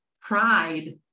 pride